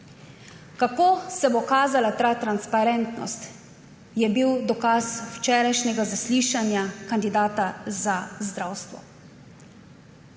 Kako se bo kazala ta transparentnost, je bil dokaz včerajšnje zaslišanje kandidata za zdravstvo,